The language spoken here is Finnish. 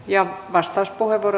arvoisa puhemies